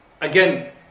Again